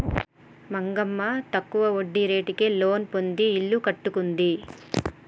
మంగమ్మ తక్కువ వడ్డీ రేటుకే లోను పొంది ఇల్లు కట్టుకుంది